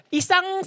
isang